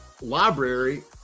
library